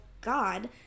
God